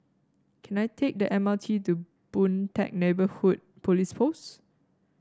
can I take the M R T to Boon Teck Neighbourhood Police Post